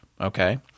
Okay